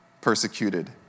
persecuted